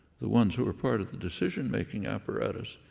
the ones who are part of the decision-making apparatus,